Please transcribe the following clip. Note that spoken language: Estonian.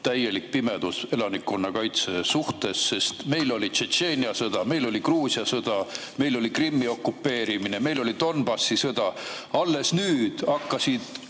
täielik pimedus elanikkonnakaitse suhtes. Meil oli Tšetšeenia sõda, meil oli Gruusia sõda, meil oli Krimmi okupeerimine, Donbassi sõda. Alles nüüd hakkasid